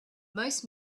most